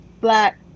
black